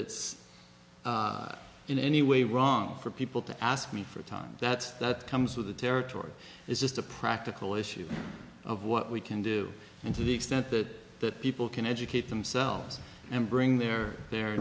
it's that in any way wrong for people to ask me for time that that comes with the territory it's just a practical issue of what we can do to the extent that that people can educate themselves and bring their their